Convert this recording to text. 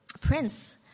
prince